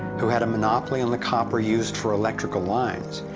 who had a monopoly on the copper used for electrical lines,